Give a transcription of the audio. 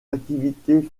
activités